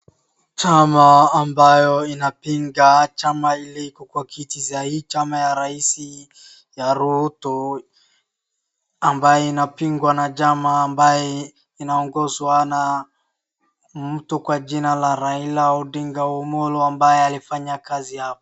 Chama ambayo inapiga chama ile iko kwa kiti saa hii, chama ya raisi ya Ruto ambayo inapigwa na chama ambaye inaongozwa na mtu kwa jina la Raila Odinga Omolo ambaye alifanya kazi hapa.